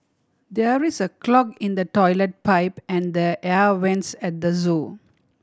there is a clog in the toilet pipe and the air vents at the zoo